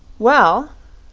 well,